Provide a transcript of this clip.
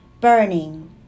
burning